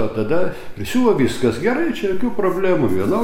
o tada prisiuvo viskas gerai čia jokių problemų viena